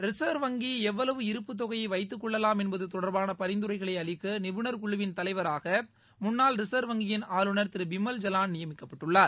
reserve வங்கி எவ்வளவு இருப்பு தொகையை வைத்துக் கொள்ளவாம் என்பது தொடர்பான பரிந்துரைகளை அளிக்க நிபுணர் குழுவின் தலைவராக முன்னாள் ரிசர்வ் வங்கியின் ஆளுநர் திரு பிமல் ஜலான் நியமிக்கப்பட்டுள்ளார்